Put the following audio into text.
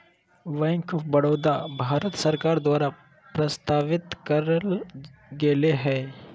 bank of Baroda, Bharat सरकार द्वारा प्रस्तावित करल गेले हलय